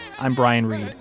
i'm brian reed.